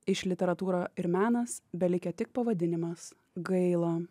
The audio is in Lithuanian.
iš literatūra ir menas belikę tik pavadinimas gaila